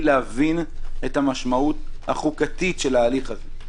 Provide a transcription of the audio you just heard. להבין את המשמעות החוקתית של ההליך הזה.